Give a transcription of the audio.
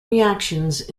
reactions